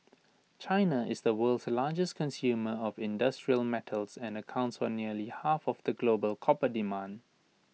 China is the world's largest consumer of industrial metals and accounts for nearly half of the global copper demand